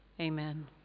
Amen